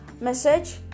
message